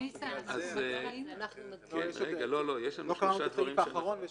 לחזור לסעיף 81א4. הלכנו אחורה וקדימה.